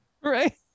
right